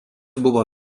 buvo